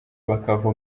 bakava